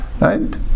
right